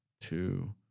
two